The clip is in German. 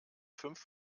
fünf